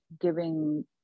giving